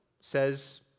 says